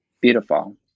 beautiful